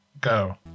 go